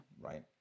Right